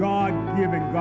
God-given